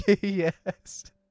Yes